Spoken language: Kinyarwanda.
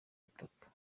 butaka